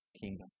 kingdom